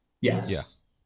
Yes